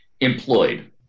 employed